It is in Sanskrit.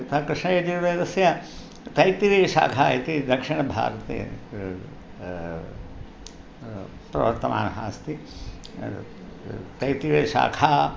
स कृष्णयजुर्वेदस्य तैत्तिरीयशाखा इति दक्षिणभारते प्रवर्तमानः अस्ति तैत्तिरीयशाखा